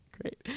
Great